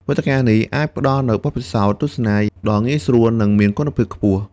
វេទិកានេះអាចផ្តល់នូវបទពិសោធន៍ទស្សនាដ៏ងាយស្រួលនិងមានគុណភាពខ្ពស់។